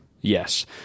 Yes